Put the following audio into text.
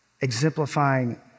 exemplifying